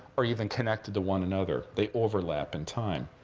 are even connected to one another. they overlap in time.